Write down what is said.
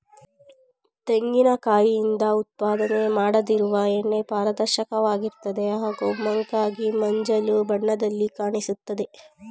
ತೆಂಗಿನ ಕಾಯಿಂದ ಉತ್ಪಾದನೆ ಮಾಡದಿರುವ ಎಣ್ಣೆ ಪಾರದರ್ಶಕವಾಗಿರ್ತದೆ ಹಾಗೂ ಮಂಕಾಗಿ ಮಂಜಲು ಬಣ್ಣದಲ್ಲಿ ಕಾಣಿಸ್ತದೆ